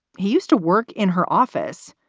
he used to work in her office.